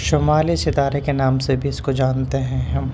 شمالی ستارے کے نام سے بھی اس کو جانتے ہیں ہم